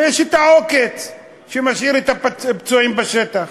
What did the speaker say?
ויש העוקץ: שמשאיר את הפצועים בשטח.